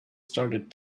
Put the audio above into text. started